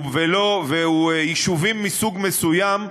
ויישובים מסוג מסוים,